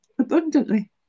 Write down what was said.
abundantly